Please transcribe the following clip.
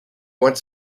wants